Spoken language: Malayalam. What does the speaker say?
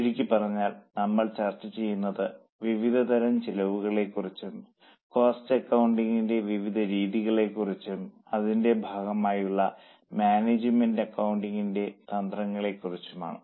ചുരുക്കി പറഞ്ഞാൽ നമ്മൾ ചർച്ച ചെയ്യുന്നത് വിവിധതരം ചെലവുകളെ കുറിച്ചും കോസ്റ്റ് അക്കൌണ്ടിംഗ് ൻറെ വിവിധ രീതികളെക്കുറിച്ചും അതിന്റെ ഭാഗമായുള്ള മാനേജ്മെന്റ് അക്കൌണ്ടിംഗ് ൻറെ തന്ത്രങ്ങളെ കുറിച്ചും ആണ്